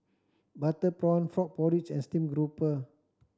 butter prawn frog porridge and steamed grouper